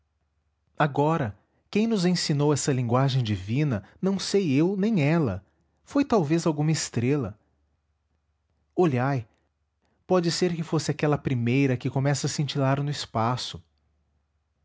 agora quem nos ensinou essa linguagem divina não sei eu nem ela foi talvez alguma estrela olhai pode ser que fosse aquela primeira que começa a cintilar no espaço